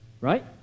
Right